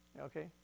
Okay